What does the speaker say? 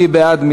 מי בעד?